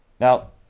now